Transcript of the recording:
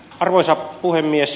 arvoisa puhemies